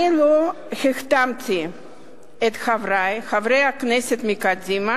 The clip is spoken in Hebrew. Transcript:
אני לא החתמתי את חברי חברי הכנסת מקדימה